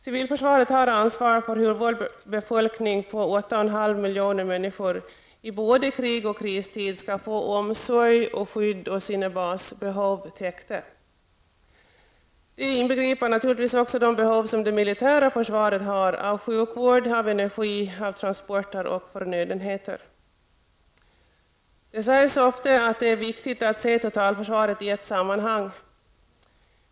Civilförsvaret har ansvar för hur vår befolkning på 8,5 miljoner människor i både krig och kristid skall få omsorg, skydd och sina basbehov täckta. Detta inbegriper också det behov som det militära försvaret har av sjukvård, energi, transporter och förnödenheter. Det sägs ofta att det är viktigt att se totalförsvaret i ett sammanhang.